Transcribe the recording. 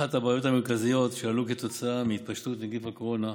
אחת הבעיות המרכזיות שעלו כתוצאה מהתפשטות נגיף הקורונה,